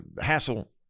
hassle